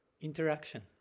interaction